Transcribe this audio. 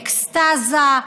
באקסטזה,